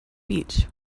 beach